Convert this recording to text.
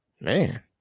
man